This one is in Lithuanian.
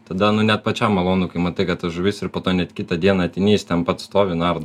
tada nu net pačiam malonu kai matai kad ta žuvis ir po to net kitą dieną ateini jis ten pat stovi nardo